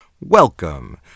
Welcome